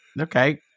Okay